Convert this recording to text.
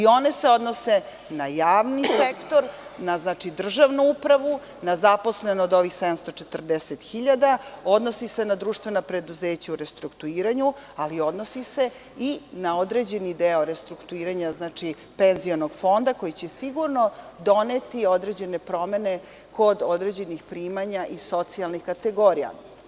One se odnose na javni sektor, na državnu upravu, na zaposleno od ovih 740.000 odnosi se na društvena preduzeća u restrukturiranju, ali odnosi se i na određeni deo restrukturiranja penzionog fonda, koji će sigurno doneti određene promene kod određenih primanja i socijalnih kategorija.